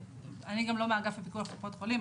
אני גם לא מאגף הפיקוח על קופות חולים,